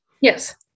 Yes